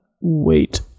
wait